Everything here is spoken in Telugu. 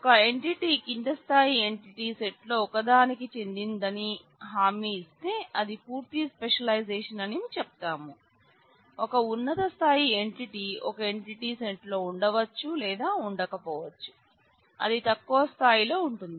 ఒక ఎంటిటీ కింది స్థాయి ఎంటిటీ సెట్ వ్రాయవలసి ఉంటుంది